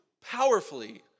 powerfully